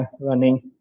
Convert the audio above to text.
running